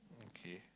okay